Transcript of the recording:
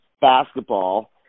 basketball